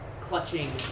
clutching